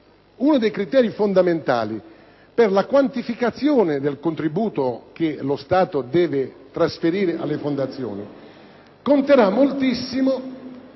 uno dei criteri fondamentali per la quantificazione del contributo che lo Stato deve trasferire alle fondazioni conterà moltissimo